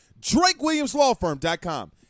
drakewilliamslawfirm.com